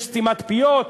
יש סתימת פיות,